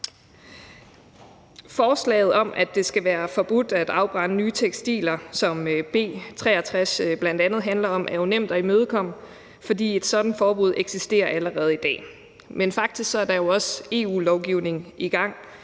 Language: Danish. Forslaget om, at det skal være forbudt at afbrænde nye tekstiler, hvilket B 63 bl.a. handler om, er jo nemt at imødekomme, fordi et sådant forbud allerede eksisterer i dag. Men faktisk er der jo også EU-lovgivning på